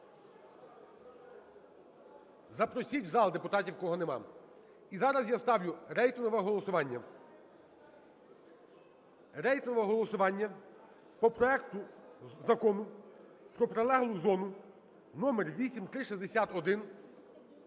Запросіть в зал депутатів, кого нема. І зараз я ставлю рейтингове голосування. Рейтингове голосування по проекту Закону про прилеглу зону (№ 8361).